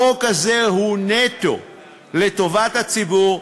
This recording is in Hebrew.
החוק הזה הוא נטו לטובת הציבור,